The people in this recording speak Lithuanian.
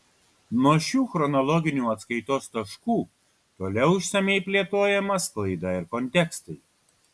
nuo šių chronologinių atskaitos taškų toliau išsamiai plėtojama sklaida ir kontekstai